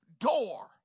door